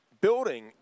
building